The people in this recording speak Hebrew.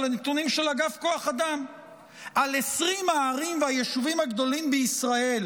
על הנתונים של אגף כוח אדם על 20 הערים והיישובים הגדולים בישראל,